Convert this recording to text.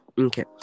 Okay